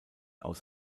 aus